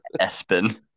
Espen